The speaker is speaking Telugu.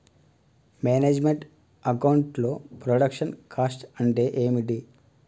మేనేజ్ మెంట్ అకౌంట్ లో ప్రొడక్షన్ కాస్ట్ అంటే ఏమిటి?